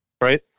right